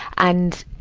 and,